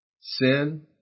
Sin